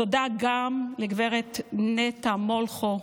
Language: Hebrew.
תודה גם לגב' נטע מולכו,